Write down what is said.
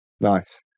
nice